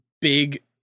Big